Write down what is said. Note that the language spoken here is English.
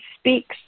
speaks